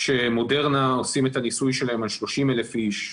כאשר מודרנה עושים את הניסוי שלהם על 30,000 אנשים,